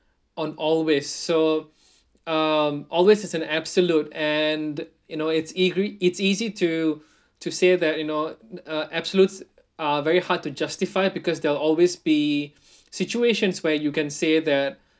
on always so um always is an absolute and you know it's easy it's easy to to say that you know uh absolutes are very hard to justify because there'll always be situations where you can say that